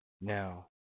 Now